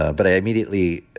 ah but i immediately,